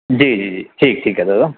जी जी जी ठीकु ठीकु आहे दादा